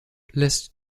lässt